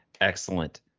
Excellent